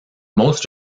most